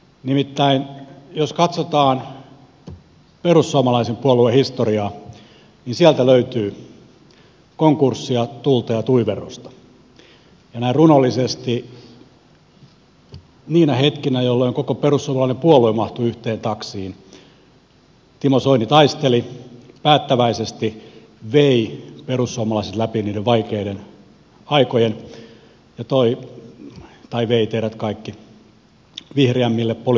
nimittäin jos katsotaan perussuomalaisen puolueen historiaa niin sieltä löytyy konkurssia tuulta ja tuiverrusta ja näin runollisesti niinä hetkinä jolloin koko perussuomalainen puolue mahtui yhteen taksiin timo soini taisteli päättäväisesti vei perussuomalaiset läpi niiden vaikeiden aikojen ja vei teidät kaikki vihreämmille poliittisille laidunmaille